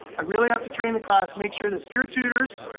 i really have to train the class, make sure that peer tutors,